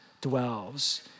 dwells